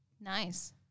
Nice